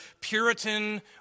Puritan